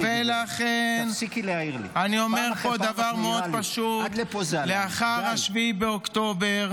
לכן, אני אומר פה דבר מאוד פשוט: לאחר 7 באוקטובר